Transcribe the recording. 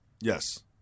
Yes